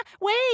Wait